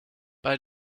bei